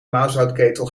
mazoutketel